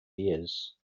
years